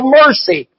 mercy